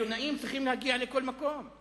עיתונאים צריכים להגיע לכל מקום.